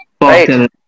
right